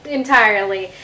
entirely